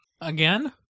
Again